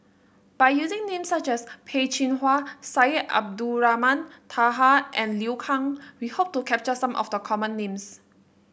by using names such as Peh Chin Hua Syed Abdulrahman Taha and Liu Kang we hope to capture some of the common names